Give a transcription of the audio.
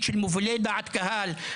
של מובילי דעת קהל,